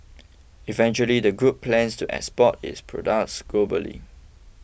eventually the group plans to export its products globally